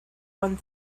one